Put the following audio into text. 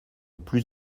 plus